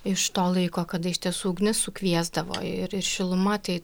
iš to laiko kada iš tiesų ugnis sukviesdavo ir šiluma tai